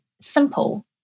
simple